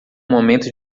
momento